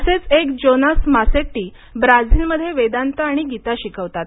असेच एक Jonas Masetti Brazil मध्ये वेदांत आणि गीता शिकवतात